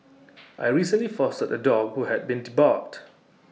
I recently fostered A dog who had been debarked